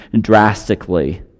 drastically